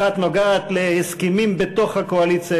אחת נוגעת בהסכמים בתוך הקואליציה,